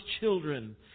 children